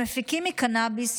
שמפיקים מקנביס,